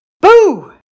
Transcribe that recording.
Boo